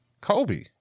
Kobe